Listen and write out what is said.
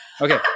Okay